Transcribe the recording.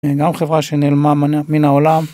גם חברה שנעלמה מן העולם.